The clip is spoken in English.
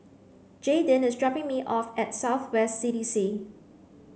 Jaydin is dropping me off at South West C D C